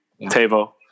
Tavo